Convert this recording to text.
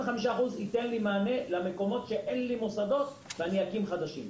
25% ייתן לי מענה למקומות שאין לי בהם מוסדות ואני אקים בהם חדשים.